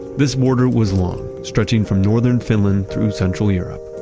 this border was long, stretching from northern finland, through central europe.